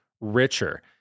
richer